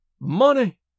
Money